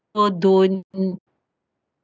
people don't